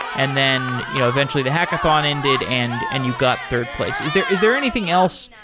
and then eventually the hackathon ended and and you got third place. is there is there anything else,